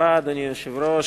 אדוני היושב-ראש,